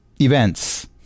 events